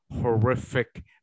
horrific